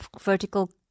vertical